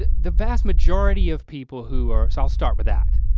the vast majority of people who are so i'll start with that.